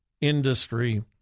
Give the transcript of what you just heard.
industry